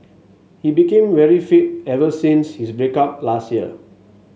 he became very fit ever since his break up last year